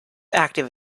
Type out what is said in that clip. active